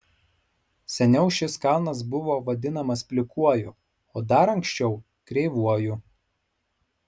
seniau šis kalnas buvo vadinamas plikuoju o dar anksčiau kreivuoju